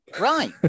Right